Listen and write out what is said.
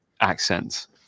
accents